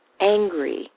angry